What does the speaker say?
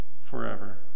forever